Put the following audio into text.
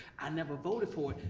i never voted for it,